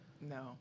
No